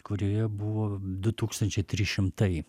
kurioje buvo du tūkstančiai trys šimtai